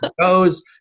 goes